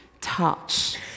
touch